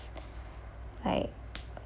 like